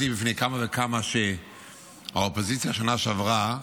בפני כמה וכמה את האופוזיציה בשנה שעברה,